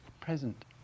present